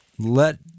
Let